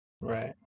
Right